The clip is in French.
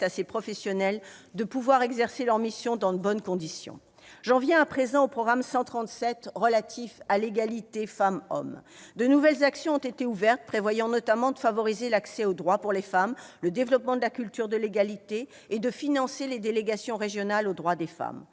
à ces professionnels d'exercer leurs missions dans de bonnes conditions. J'en viens à présent au programme 137, « Égalité entre les femmes et les hommes ». De nouvelles actions ont été ouvertes, prévoyant notamment de favoriser l'accès aux droits pour les femmes, le développement de la culture de l'égalité et de financer les délégations régionales aux droits des femmes.